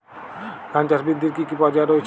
ধান চাষ বৃদ্ধির কী কী পর্যায় রয়েছে?